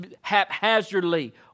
haphazardly